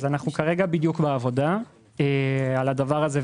אנחנו כרגע בעבודה על הדבר הזה,